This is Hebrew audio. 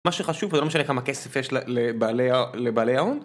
מה שחשוב פה זה לא משנה כמה כסף יש לבעלי ההון